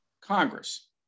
Congress